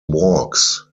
walks